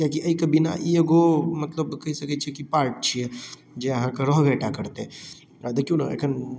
किएकी अइके बिना ई एगो मतलब कैह सकै छी जे पार्ट छियै जे अहाँके रहबे टा करतै देखियौ नऽ एखन